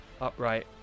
upright